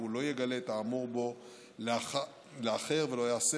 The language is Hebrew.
והוא לא יגלה את האמור בו לאחר ולא יעשה